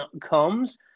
comes